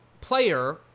Player